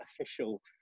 official